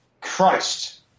Christ